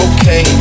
Okay